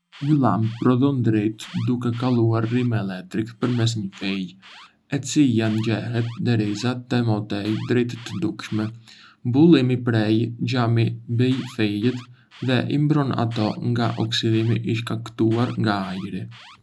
Një llambë prodhon dritë duke kaluar rrymë elektrike përmes një fije, e cila nxehet derisa të emetojë dritë të dukshme. Mbulimi prej xhami mbyll fijet dhe i mbron ato nga oksidimi i shkaktuar nga ajri.